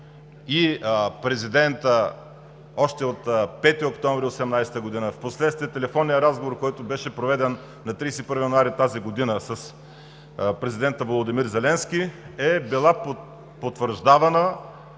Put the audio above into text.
и президента още от 5 октомври 2018 г., впоследствие в телефонния разговор, който беше проведен на 31 януари тази година с президента Володимир Зеленски, е била потвърждавана